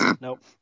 Nope